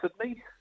Sydney